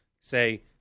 say